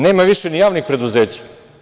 Nema više ni javnih preduzeća.